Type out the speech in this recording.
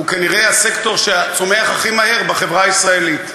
והוא כנראה הסקטור שצומח הכי מהר בחברה הישראלית,